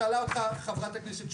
שאלה אותך חברת הכנסת שפק.